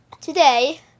today